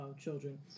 children